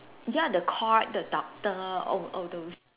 ya the court the doctor all all those